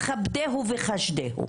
"כבדהו וחשדהו",